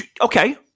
Okay